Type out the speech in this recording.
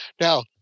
Now